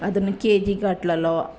ಅದನ್ನ K G ಗಟ್ಲೆಯಲ್ಲೋ